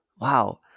wow